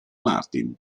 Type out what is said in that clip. martin